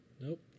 Nope